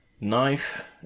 knife